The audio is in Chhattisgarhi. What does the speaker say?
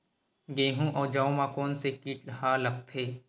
गेहूं अउ जौ मा कोन से कीट हा लगथे?